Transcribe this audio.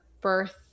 birth